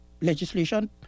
legislation